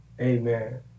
Amen